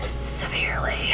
severely